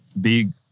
big